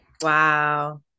Wow